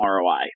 ROI